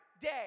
day